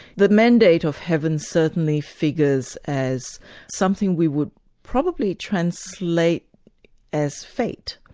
the mandate of heaven certainly figures as something we would probably translate as fate,